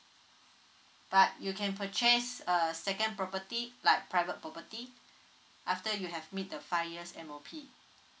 but you can purchase a second property like private property after you have meet the five years M_O_P